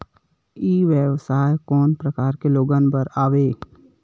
ई व्यवसाय कोन प्रकार के लोग बर आवे?